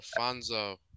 Alfonso